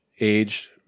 age